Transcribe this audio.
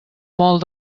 molt